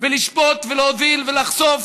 ולשפוט ולהוביל ולחשוף,